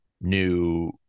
new